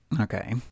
Okay